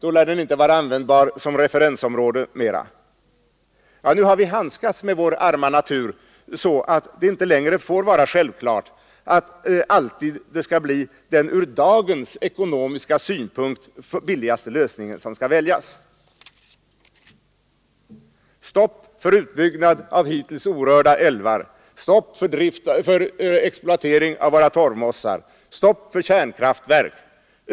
Då lär den inte vara användbar som referensområde mera. Nu har vi handskats så med vår arma natur, att det inte längre får vara självklart att vi väljer den ur dagens ekonomiska synpunkt billigaste lösningen. Stopp för utbyggnad av hittills orörda älvar, stopp för exploatering av våra torvmossar, stopp för kärnkraftverk.